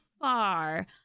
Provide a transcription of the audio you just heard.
far